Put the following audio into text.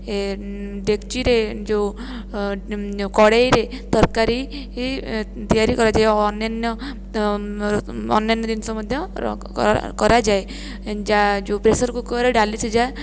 ଏ ଡେକଚିରେ ଯେଉଁ କଡ଼େଇରେ ତରକାରୀ ତିଆରି କରାଯାଏ ଅନ୍ୟାନ୍ୟ ଅନ୍ୟାନ୍ୟ ଜିନିଷ ମଧ୍ୟ କରାଯାଏ ଯା ଯେଉଁ ପ୍ରେସର୍ କୁକର୍ ରେ ଡାଲି ସିଝା